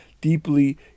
deeply